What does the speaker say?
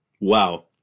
wow